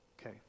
Okay